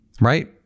Right